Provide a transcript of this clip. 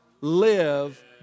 live